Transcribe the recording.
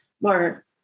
more